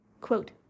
Quote